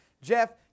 Jeff